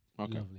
Okay